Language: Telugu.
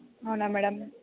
అవునా మేడం